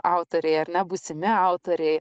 autoriai ar ne būsimi autoriai